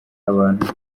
abantu